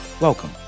welcome